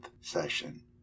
session